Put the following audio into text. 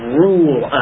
rule